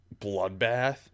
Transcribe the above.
bloodbath